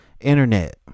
internet